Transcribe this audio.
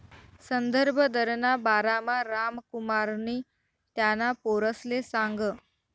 संदर्भ दरना बारामा रामकुमारनी त्याना पोरसले सांगं